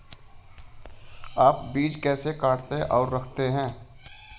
आप बीज कैसे काटते और रखते हैं?